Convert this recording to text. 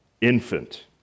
infant